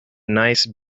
nice